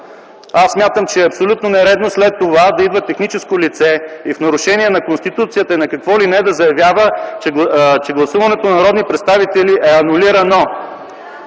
Смятам за абсолютно нередно след това да идва техническо лице и в нарушение на Конституцията и на какво ли не да заявява, че гласуването на народни представители е анулирано.